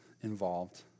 involved